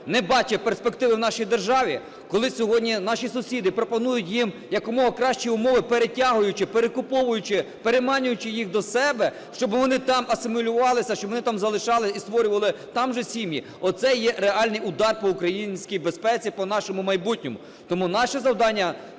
не бачить перспективи в нашій державі, коли сьогодні наші сусіди пропонують їм якомога кращі умови, перетягуючи, перекуповуючи, переманюючи їх до себе, щоби вони там асимілювалися, щоб вони там залишали і створювали там же сім'ї, оце є реальний удар по українській безпеці, по нашому майбутньому. Тому наше завдання